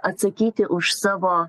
atsakyti už savo